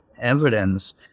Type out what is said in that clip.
evidence